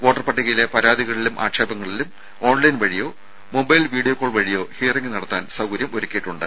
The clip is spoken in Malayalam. വോട്ടർപട്ടികയിലെ പരാതികളിലും ആക്ഷേപങ്ങളിലും ഓൺലൈൻ വഴിയോ മൊബൈൽ വീഡിയോ കോൾ വഴിയോ ഹിയറിംഗ് നടത്താൻ സൌകര്യം ഒരുക്കിയിട്ടുണ്ട്